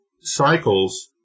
cycles